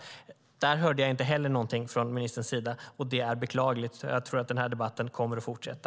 Där hörde jag inte heller någonting från ministerns sida. Det är beklagligt. Jag tror att debatten kommer att fortsätta.